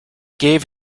gave